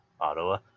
ottawa